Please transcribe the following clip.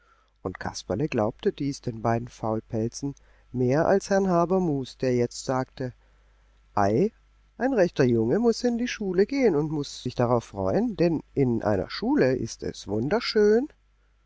und kasperle glaubte dies den beiden faulpelzen mehr als herrn habermus der jetzt sagte ei ein rechter junge muß in die schule gehen und muß sich darauf freuen denn in einer schule ist es wunderschön